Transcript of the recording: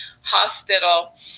hospital